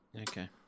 Okay